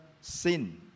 sin